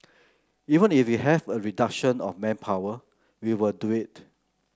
even if we have a reduction of manpower we will do it